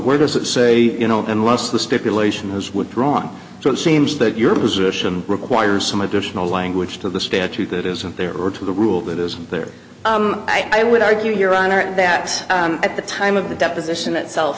where does it say you know unless the stipulation was withdrawn so it seems that your position requires some additional language to the statute that isn't there or to the rule that is there i would argue your honor that at the time of the deposition itself